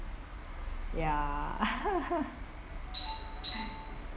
ya